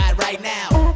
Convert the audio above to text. right now.